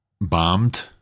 bombed